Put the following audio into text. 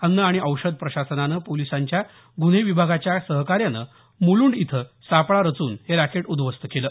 अन्न आणि औषध प्रशासनानं पोलिसांच्या गुन्हे विभागाच्या सहकार्यानं मुलुंड इथं सापळा रचून हे रॅकेट उद्ध्वस्त केलं